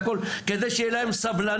על כל הנושא של התקנות והצו.